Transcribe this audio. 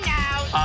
now